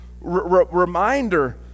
reminder